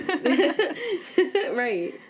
Right